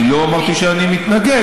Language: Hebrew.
אני לא אמרתי שאני מתנגד.